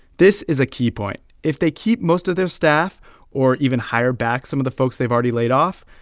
this is a key point. if they keep most of their staff or even hire back some of the folks they've already laid off,